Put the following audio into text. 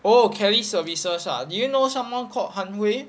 oh Kelly services ah do you know someone called han hui